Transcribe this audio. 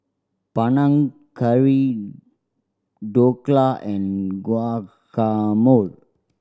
Panang Curry Dhokla and Guacamole